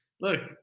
look